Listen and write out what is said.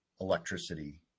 electricity